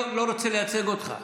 לא רוצה לייצג אותך.